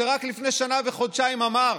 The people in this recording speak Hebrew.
שרק לפני שנה וחודשיים אמר: